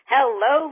Hello